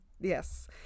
yes